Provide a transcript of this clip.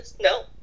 no